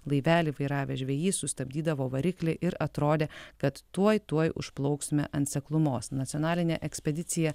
laivelį vairavęs žvejys sustabdydavo variklį ir atrodė kad tuoj tuoj užplauksime ant seklumos nacionalinė ekspedicija